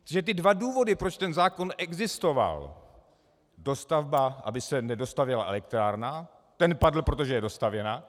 Že ty dva důvody, proč ten zákon existoval dostavba, aby se nedostavěla elektrárna, ten padl, protože je dostavěna.